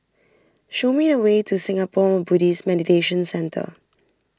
show me the way to Singapore Buddhist Meditation Centre